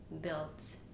built